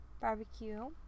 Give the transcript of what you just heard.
barbecue